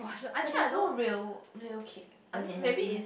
but there's no real real cake as in there's